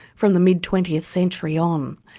from the mid twentieth century um